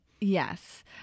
Yes